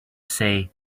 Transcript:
say